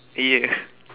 okay